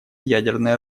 ядерное